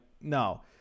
no